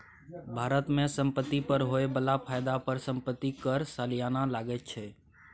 भारत मे संपत्ति पर होए बला फायदा पर संपत्ति कर सलियाना लगैत छै